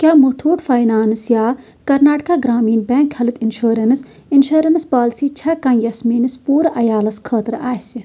کیٛاہ موٚتھوٗٹھ فاینانٛس یا Karnataka Grameen bank health insurance insurance policy چھےٚ کانٛہہ یۄس میٲنِس پوٗرٕ عیالَس خٲطرٕ آسہِ